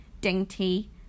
dainty